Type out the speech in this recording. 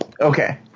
Okay